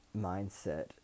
mindset